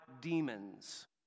demons